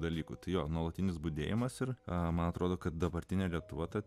dalykų tai jo nuolatinis budėjimas ir amą atrodo kad dabartinė datuota